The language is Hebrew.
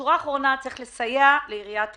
בשורה האחרונה צריך לסייע לעיריית אילת.